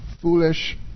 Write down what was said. foolish